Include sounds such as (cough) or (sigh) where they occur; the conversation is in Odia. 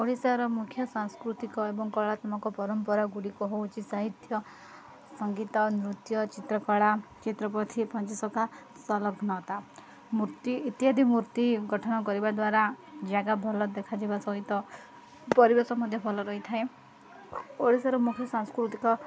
ଓଡ଼ିଶାର ମୁଖ୍ୟ ସାଂସ୍କୃତିକ ଏବଂ କଳାତ୍ମକ ପରମ୍ପରାଗୁଡ଼ିକ ହେଉଛି ସାହିତ୍ୟ ସଙ୍ଗୀତ ନୃତ୍ୟ ଚିତ୍ରକଳା ଚିତ୍ରପତି ପଞ୍ଚସଖା (unintelligible) ମୂର୍ତ୍ତି ଇତ୍ୟାଦି ମୂର୍ତ୍ତି ଗଠନ କରିବା ଦ୍ୱାରା ଜାଗା ଭଲ ଦେଖାଯିବା ସହିତ ପରିବେଶ ମଧ୍ୟ ଭଲ ରହିଥାଏ ଓଡ଼ିଶାର ମୁଖ୍ୟ ସାଂସ୍କୃତିକ